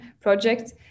project